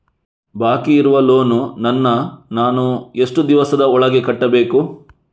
ಬಾಕಿ ಇರುವ ಲೋನ್ ನನ್ನ ನಾನು ಎಷ್ಟು ದಿವಸದ ಒಳಗೆ ಕಟ್ಟಬೇಕು?